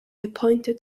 appointed